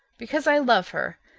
because i love her.